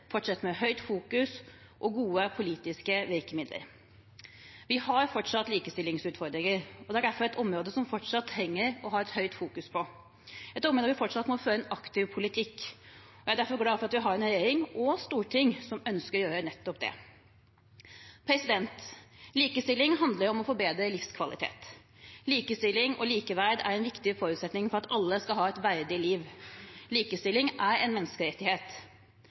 fortsette med høyt fokus og gode politiske virkemidler. Vi har fortsatt likestillingsutfordringer, og det er derfor et område som vi fortsatt trenger å ha et høyt fokus på, et område der vi fortsatt må føre en aktiv politikk. Jeg er derfor glad for at vi har en regjering og et storting som ønsker å gjøre nettopp det. Likestilling handler om å forbedre livskvalitet. Likestilling og likeverd er en viktig forutsetning for at alle skal ha et verdig liv. Likestilling er en menneskerettighet.